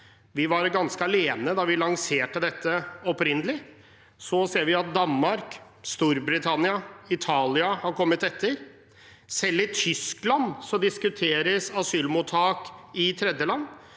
Vi var ganske alene da vi lanserte dette opprinnelig. Så ser vi at Danmark, Storbritannia og Italia har kommet etter. Selv i Tyskland diskuteres asylmottak i tredjeland.